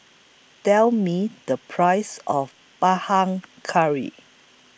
Tell Me The Price of Curry